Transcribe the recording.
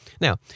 Now